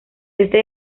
este